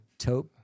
taupe